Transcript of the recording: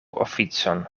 oficon